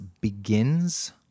begins